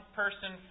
person